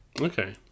Okay